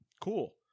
Cool